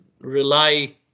rely